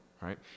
right